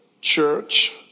church